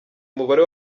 umubare